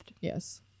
yes